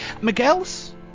Miguel's